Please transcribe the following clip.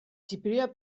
txipiroia